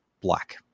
black